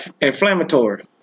inflammatory